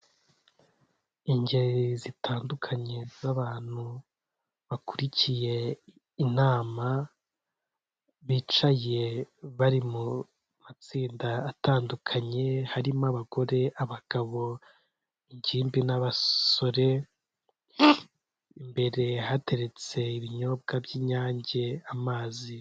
Ingeri zitandukanye z'abantu bakurikiye inama bicaye bari mu matsinda atandukanye, harimo abagore, abagabo, ingimbi n'abasore, imbere hateretse ibinyobwa by'Inyange (amazi).